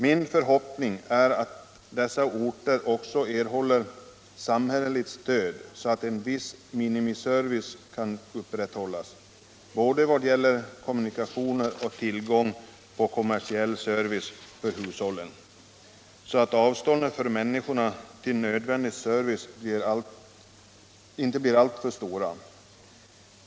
Min förhoppning är att dessa orter också erhåller samhälleligt stöd, så att en viss minimiservice kan upp 169 170 rätthållas, både i vad gäller kommunikationer och tillgång på kommersiell service för hushållen. Avstånden för människorna till nödvändig service får inte bli alltför stora.